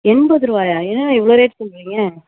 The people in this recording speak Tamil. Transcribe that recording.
எண்பது ரூபாயா என்னங்க இவ்வளோ ரேட் சொல்கிறீங்க